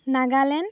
Nagaland